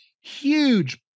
Huge